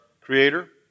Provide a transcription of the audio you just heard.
creator